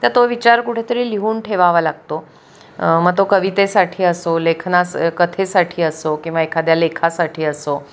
तर तो विचार कुठेतरी लिहून ठेवावा लागतो मग तो कवितेसाठी असो लेखनास कथेसाठी असो किंवा एखाद्या लेखासाठी असो